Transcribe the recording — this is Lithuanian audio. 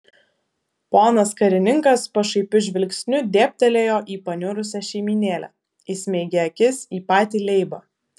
ponas karininkas pašaipiu žvilgsniu dėbtelėjo į paniurusią šeimynėlę įsmeigė akis į patį leibą